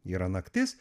yra naktis